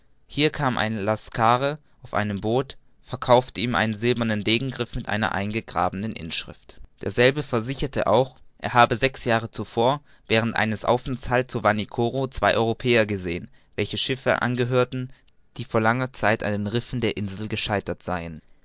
hier kam ein laskare auf einem boot und verkaufte ihm einen silbernen degengriff mit einer eingegrabenen inschrift derselbe versicherte auch er habe sechs jahre zuvor während eines aufenthaltes zu vanikoro zwei europäer gesehen welche schiffen angehörten die vor langen jahren an den rissen der insel gescheitert seien